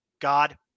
God